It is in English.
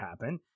happen